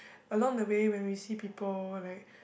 along the way when we see people like